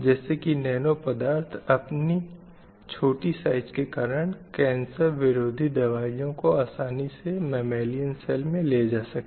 जैसे की नैनो पदार्थ अपनी छोटी साइज़ के कारण कैन्सर विरोधी दवाइयों को आसानी से ममेलीयन सेल में ले जा सकते हैं